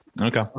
Okay